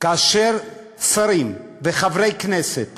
כאשר שרים וחברי כנסת